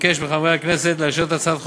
אבקש מחברי הכנסת לאשר את הצעת החוק